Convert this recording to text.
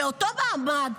באותו מעמד,